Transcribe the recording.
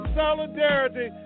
solidarity